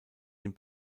den